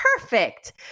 Perfect